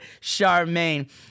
Charmaine